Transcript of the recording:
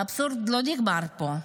האבסורד לא נגמר פה.